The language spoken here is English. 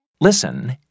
listen